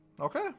Okay